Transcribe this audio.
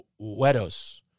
wedos